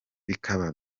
bikaba